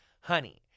Honey